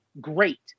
great